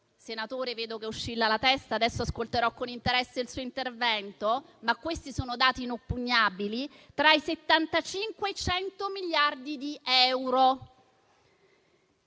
senatore vedo che oscilla la testa, poi ascolterò con interesse il suo intervento, ma questi sono dati inoppugnabili - tra i 75 e 100 miliardi di euro.